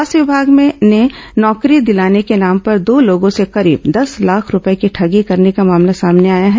स्वास्थ्य विभाग में नौकरी दिलाने के नाम पर दो लोगों से करीब दस लाख रूपये की ठगी करने का मामला सामने आया है